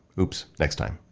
oops, next time.